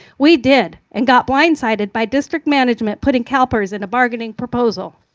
we did, and got blind sided by district management putting calpers in a bargaining proposal.